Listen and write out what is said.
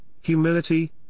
humility